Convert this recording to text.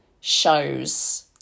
shows